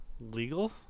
legal